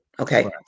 Okay